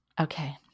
Okay